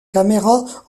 caméra